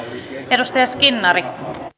edustaja skinnari